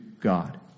God